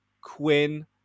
Quinn